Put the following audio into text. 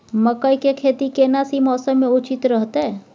मकई के खेती केना सी मौसम मे उचित रहतय?